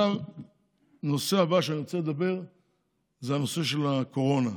הנושא הבא שאני רוצה לדבר עליו זה הנושא של הקורונה.